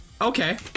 Okay